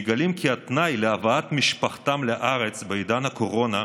מגלים כי התנאי להבאת משפחתם לארץ בעידן הקורונה,